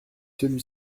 celui